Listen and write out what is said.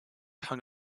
hung